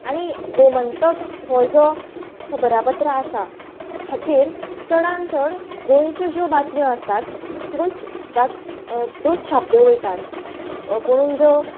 आनी गोमंतक हो जो खबरापत्र आसा हाचेर चडान चड गोंयच्यो ज्यो बातम्यो आसात त्योच दाख त्योच छापल्यो वयतात पुणून जो